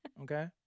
okay